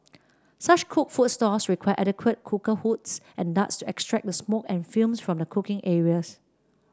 such cooked food stalls require adequate cooker hoods and ducts to extract the smoke and fumes from the cooking areas